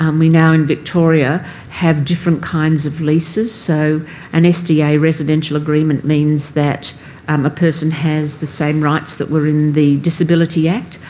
um we now in victoria have different kinds of leases. so an sda yeah residential agreement means that um a person has the same rights that were in the disability act,